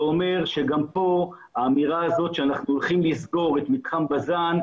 זה אומר שגם כאן האמירה הזאת שאנחנו הולכים לסגור את מתחם בז"ן,